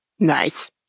nice